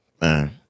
Man